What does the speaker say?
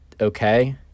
okay